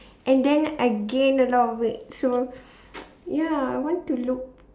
and then I gained a lot of weight so ya I want to look